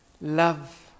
Love